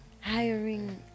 hiring